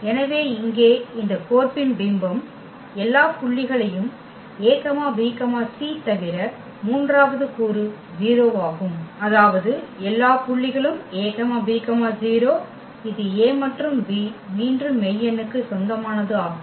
எனவே இங்கே இந்த கோர்ப்பின் பிம்பம் எல்லா புள்ளிகளையும் a b c தவிர மூன்றாவது கூறு 0 ஆகும் அதாவது எல்லா புள்ளிகளும் a b 0 இது a மற்றும் b மீண்டும் மெய் எண்ணுக்கு சொந்தமானது ஆகும்